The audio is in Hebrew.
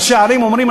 ראשי ערים אומרים,